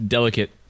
Delicate